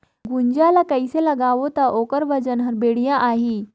गुनजा ला कइसे लगाबो ता ओकर वजन हर बेडिया आही?